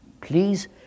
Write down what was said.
Please